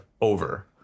over